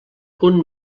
punt